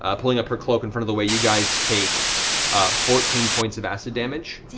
ah pulling up her cloak in front of the way. you guys take fourteen points of acid damage.